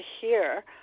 hear